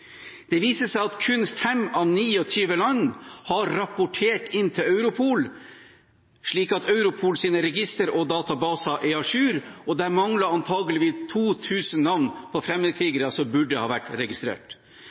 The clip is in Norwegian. Det viser seg at kun 5 av 29 land har rapportert inn til Europol slik at Europols registre og databaser er à jour, og det mangler antakeligvis 2 000 navn på fremmedkrigere som burde ha vært registrert.